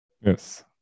Yes